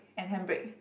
and handbrake